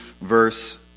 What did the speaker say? verse